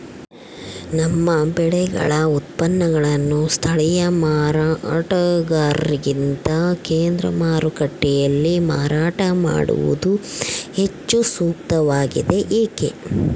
ನಮ್ಮ ಬೆಳೆಗಳ ಉತ್ಪನ್ನಗಳನ್ನು ಸ್ಥಳೇಯ ಮಾರಾಟಗಾರರಿಗಿಂತ ಕೇಂದ್ರ ಮಾರುಕಟ್ಟೆಯಲ್ಲಿ ಮಾರಾಟ ಮಾಡುವುದು ಹೆಚ್ಚು ಸೂಕ್ತವಾಗಿದೆ, ಏಕೆ?